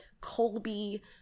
Colby